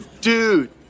Dude